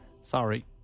Sorry